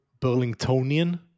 Burlingtonian